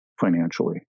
financially